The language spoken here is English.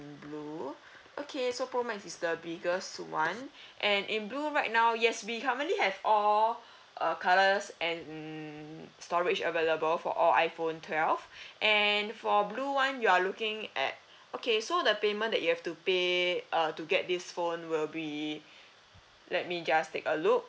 ~n blue okay so pro max is the biggest one and in blue right now yes we currently have all uh colours and storage available for all iPhone twelve and for blue one you are looking at okay so the payment that you have to pay uh to get this phone will be let me just take a look`